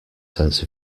sense